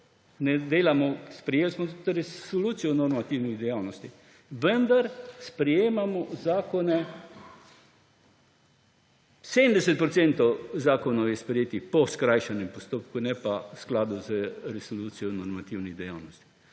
koliko? Sprejeli smo tudi Resolucijo o normativni dejavnosti, vendar sprejemamo zakone, 70 % zakonov je sprejetih po skrajšanem postopku, ne pa v skladu z Resolucijo o normativni dejavnosti.